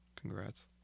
congrats